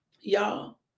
Y'all